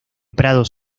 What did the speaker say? prados